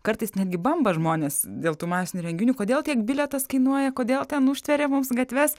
kartais netgi bamba žmonės dėl tų masinių renginių kodėl tiek bilietas kainuoja kodėl ten užtveria mums gatves